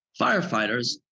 firefighters